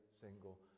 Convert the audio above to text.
single